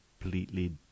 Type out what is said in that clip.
completely